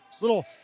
Little